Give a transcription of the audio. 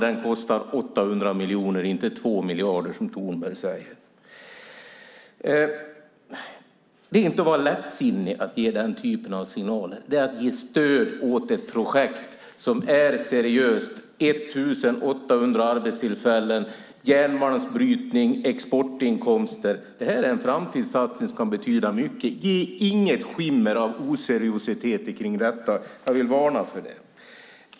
Den kostar 800 miljoner - inte 2 miljarder, som Tornberg säger. Att ge den typen av signal är inte att vara lättsinnig, utan det är att ge stöd åt ett projekt som är seriöst. Det handlar om 1 800 arbetstillfällen, om järnmalmsbrytning och om exportinkomster. Detta är en framtidssatsning som kan betyda mycket, så ge inte ett skimmer av "oseriositet" kring detta! Det vill jag varna för.